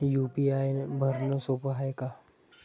UPI भरनं सोप हाय का?